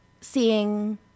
seeing